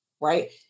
right